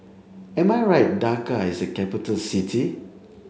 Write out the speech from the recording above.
am I right Dhaka is a capital city